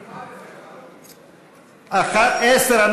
11,